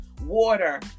water